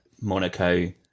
Monaco